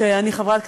שאני חברת כנסת?